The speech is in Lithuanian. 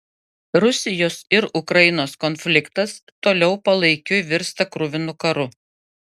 rusijos ir ukrainos konfliktas toliau palaikiui virsta kruvinu karu